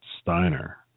Steiner